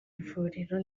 ivuriro